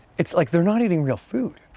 it's like they're not eating real food.